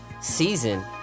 season